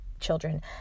children